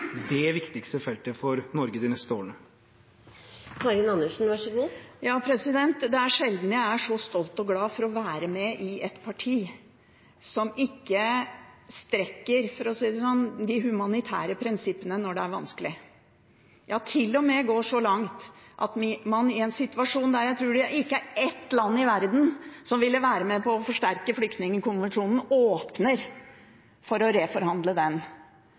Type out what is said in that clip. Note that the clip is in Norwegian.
det viktigste feltet for Norge de neste årene? Det er sjelden jeg er så stolt av og glad for å være med i et parti som ikke strekker – for å si det sånn – de humanitære prinsippene når det er vanskelig. Noen går til og med så langt at man i en situasjon der jeg tror det ikke er ett land i verden som ville være med på å forsterke flyktningkonvensjonen, åpner for å reforhandle den.